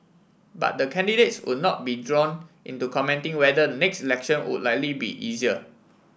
but the candidates would not be drawn into commenting whether next election would likely be easier